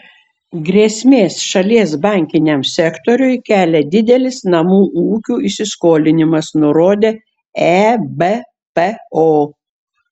grėsmės šalies bankiniam sektoriui kelia didelis namų ūkių įsiskolinimas nurodė ebpo